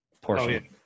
portion